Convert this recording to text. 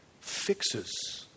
fixes